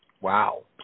Wow